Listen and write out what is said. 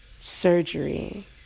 surgery